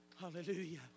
Hallelujah